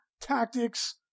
tactics